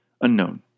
Unknown